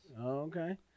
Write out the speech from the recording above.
Okay